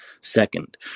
second